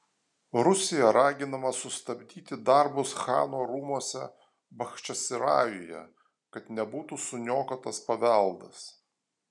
rusija raginama sustabdyti darbus chano rūmuose bachčisarajuje kad nebūtų suniokotas paveldas